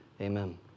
amen